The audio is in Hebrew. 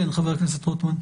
כן, חבר הכנסת רוטמן.